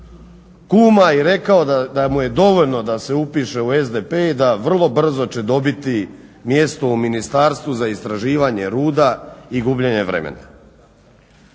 kuma i rekao da mu je dovoljno da se upiše u SDP i da vrlo brzo će dobiti mjesto u ministarstvu za istraživanje ruda i gubljenje vremena.